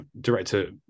director